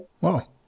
Wow